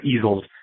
easels